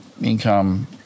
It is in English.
income